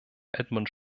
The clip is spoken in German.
edmund